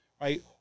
right